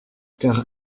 car